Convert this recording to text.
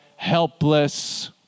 Helpless